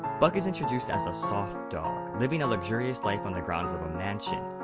buck is introduced as a soft dog, living a luxurious life on the grounds of a mansion.